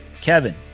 Kevin